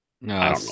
No